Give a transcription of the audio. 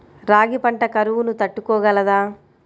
రాగి పంట కరువును తట్టుకోగలదా?